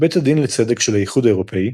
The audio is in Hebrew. בית הדין לצדק של האיחוד האירופי,